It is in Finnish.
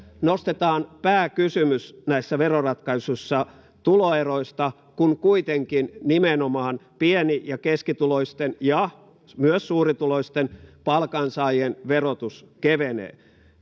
nostetaan pääkysymys näissä veroratkaisuissa tuloeroista kun kuitenkin nimenomaan pieni ja keskituloisten ja myös suurituloisten palkansaajien verotus kevenee